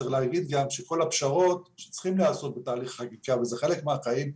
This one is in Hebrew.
צריך להגיד גם שכל הפשרות שצריכים להיעשות בתהליך חקיקה וזה חלק מהחיים,